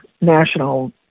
national